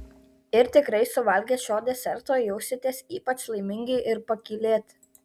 ir tikrai suvalgę šio deserto jausitės ypač laimingi ir pakylėti